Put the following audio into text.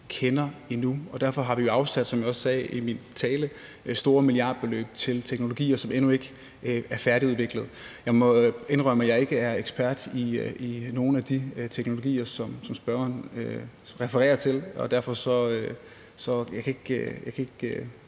kender endnu, og derfor har vi jo, som jeg også sagde i min tale, afsat store milliardbeløb til teknologier, som endnu ikke er færdigudviklet. Jeg må indrømme, at jeg ikke er ekspert i nogen af de teknologier, som spørgeren refererer til, og derfor kan jeg ikke